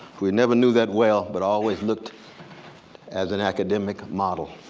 who never knew that well but always looked as an academic model,